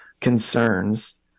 concerns